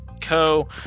Co